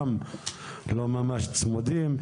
גם לא ממש צמודים,